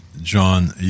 John